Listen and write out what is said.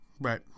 Right